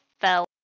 Fell